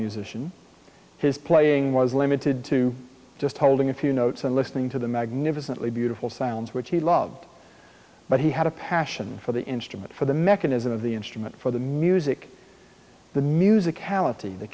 musician his playing was limited to just holding a few notes and listening to the magnificently beautiful sounds which he loved but he had a passion for the instrument for the mechanism of the instrument for the music the music